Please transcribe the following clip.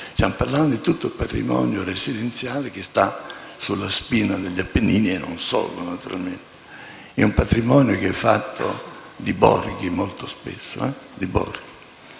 Stiamo parlando di tutto il patrimonio residenziale che sta sulla spina degli Appennini e non solo, naturalmente. Un patrimonio fatto di borghi molto spesso. Ebbene,